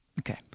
Okay